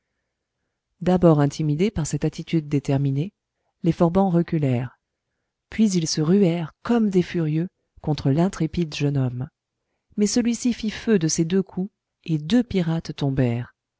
d'abord intimidés par cette attitude déterminée les forbans reculèrent puis ils se ruèrent comme des furieux contre l'intrépide jeune homme mais celui-ci fit feu de ses deux coups et deux pirates tombèrent